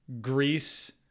Greece